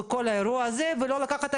משרד המשפטים, בית דין לעררים, תתאפסו על